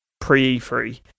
pre-e3